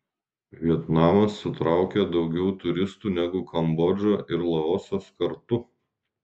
vietnamas sutraukia daugiau turistų negu kambodža ir laosas kartu